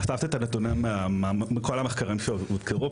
אספנו את הנתונים מכל המחקרים שהוזכרו